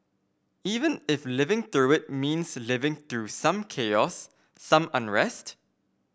even if living through it means living through some chaos some unrest